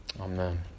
Amen